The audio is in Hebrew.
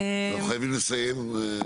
אנחנו חייבים לסיים.